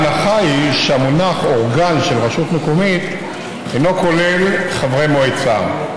ההנחה היא שהמונח "אורגן של רשות מקומית" אינו כולל חברי מועצה.